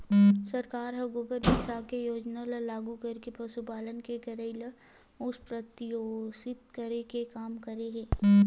सरकार ह गोबर बिसाये के योजना ल लागू करके पसुपालन के करई ल अउ प्रोत्साहित करे के काम करे हे